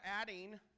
adding